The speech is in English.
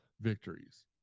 victories